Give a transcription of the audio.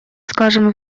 скажем